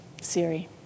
Siri